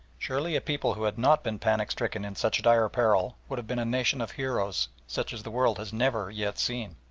surely a people who had not been panic-stricken in such dire peril would have been nation of heroes such as the world has never yet seen!